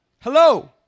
Hello